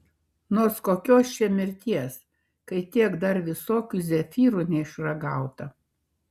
nors kokios čia mirties kai tiek dar visokių zefyrų neišragauta